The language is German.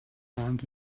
warnt